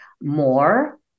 more